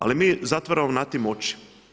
Ali mi zatvaramo nad tim oči.